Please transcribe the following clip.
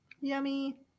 Yummy